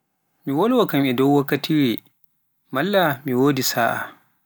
Mi walwa kam e dow wakkatire malla mo wodi sa'a.